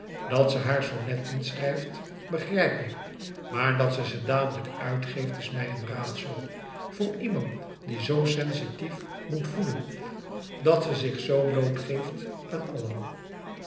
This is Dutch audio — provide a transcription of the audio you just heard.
dat ze haar sonnetten schrijft begrijp ik maar dat ze ze dadelijk uitgeeft is mij een raadsel voor iemand die zoo sensilouis couperus metamorfoze tief moet voelen dat ze zich zoo bloot geeft aan allen